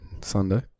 Sunday